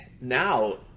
now